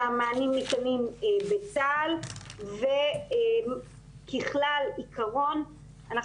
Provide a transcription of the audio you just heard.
שהמענים ניתנים בצה"ל וככלל עיקרון אנחנו